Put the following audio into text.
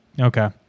Okay